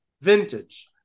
Vintage